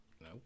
no